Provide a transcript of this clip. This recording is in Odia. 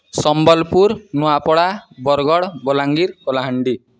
ସମ୍ବଲପୁର ନୂଆପଡ଼ା ବରଗଡ଼ ବଲାଙ୍ଗୀର କଳାହାଣ୍ଡି